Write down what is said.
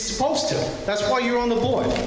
supposed to, that's why you're on the board.